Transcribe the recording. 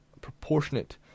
proportionate